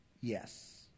yes